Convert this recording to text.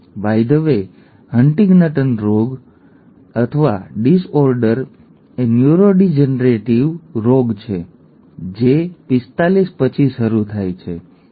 by the way હન્ટિંગ્ટનનો રોગ અથવા ડિસઓર્ડર એ ન્યુરોડીજનરેટિવ રોગ છે જે 45 પછી શરૂ થાય છે ઠીક છે